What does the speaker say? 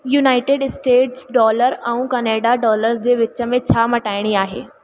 United States dollar ऐं Canada dollar जे विच में छा मटाइणी आहे